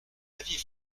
avis